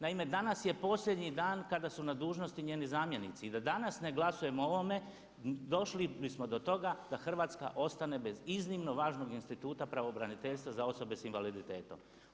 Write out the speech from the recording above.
Naime, danas je posljednji dan kada su na dužnosti njeni zamjenici i da danas ne glasujemo o ovome došli bismo do toga da Hrvatska ostane bez iznimno važnog instituta pravobraniteljstva za osobe sa invaliditetom.